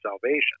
salvation